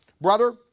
Brother